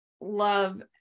love